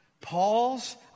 Paul's